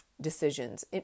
decisions